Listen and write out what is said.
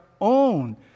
own